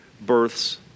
births